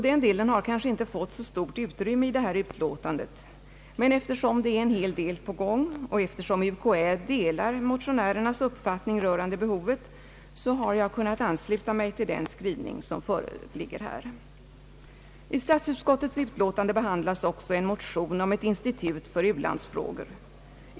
Den delen har kanske inte fått så stort utrymme i det här utlåtandet, men eftersom det är ganska mycket på gång och UKAÄ delar motionärernas uppfattning rörande behovet, så har jag kunnat ansluta mig till den skrivning som föreligger. I statsutskottets utlåtande behandlas också en motion om ett institut för u-landsfrågor.